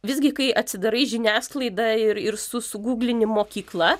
visgi kai atsidarai žiniasklaidą ir ir suguglini mokykla